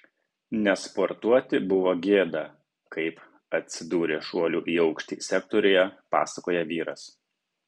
nesportuoti buvo gėda kaip atsidūrė šuolių į aukštį sektoriuje pasakoja vyras